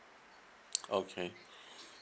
okay